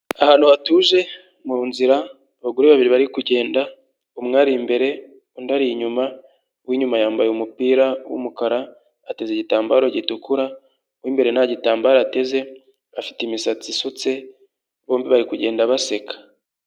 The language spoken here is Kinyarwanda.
Ahantu hatuje mu nzira, abagore babiri bari kugenda umwe ari imbere, undi ari inyuma, uw'inyuma yambaye umupira w'umukara, ateze igitambaro gitukura, uw'imbere ntagitambaro ateze, afite imisatsi isutse, bombi bari kugenda baseka.